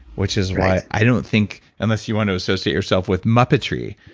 which is why i don't think unless you want associate yourself with muppetry,